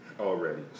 already